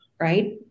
right